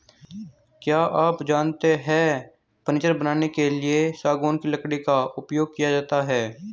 क्या आप जानते है फर्नीचर बनाने के लिए सागौन की लकड़ी का उपयोग किया जाता है